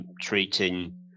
Treating